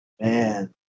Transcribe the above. Man